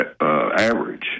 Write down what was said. average